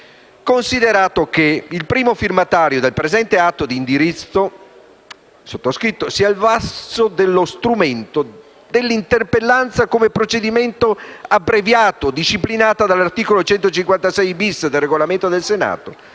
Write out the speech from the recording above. Considerato che: il primo firmatario del presente atto di indirizzo» ovvero il sottoscritto «si è avvalso dello strumento dell'interpellanza con procedimento abbreviato, disciplinata dall'articolo 156-*bis* del Regolamento del Senato,